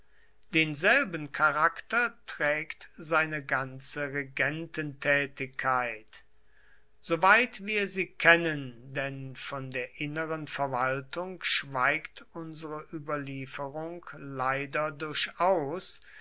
denselben charakter trägt seine ganze regententätigkeit soweit wir sie kennen denn von der inneren verwaltung schweigt unsere überlieferung leider durchaus